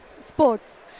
sports